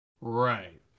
Right